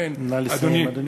נא לסיים, אדוני.